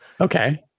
Okay